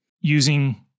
using